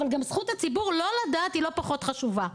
אבל זכות הציבור לא לדעת היא לא פחות חשובה.